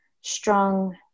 strong